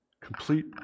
Complete